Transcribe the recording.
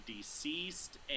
Deceased